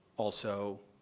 also,